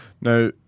Now